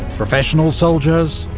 professional soldiers,